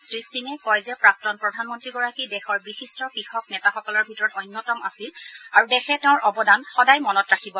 শ্ৰীসিঙে কয় যে প্ৰাক্তন প্ৰধানমন্ৰীগৰাকী দেশৰ বিশেষকৈ কৃষক নেতাসকলৰ অন্যতম আছিল আৰু দেশে তেওঁৰ অৱদান সদায় মনত ৰাখিব